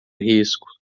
risco